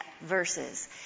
verses